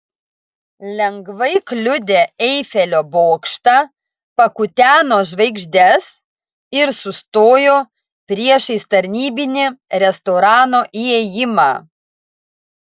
lengvai kliudė eifelio bokštą pakuteno žvaigždes ir sustojo priešais tarnybinį restorano įėjimą